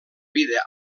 vida